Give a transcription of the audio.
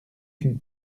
qu’une